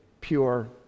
pure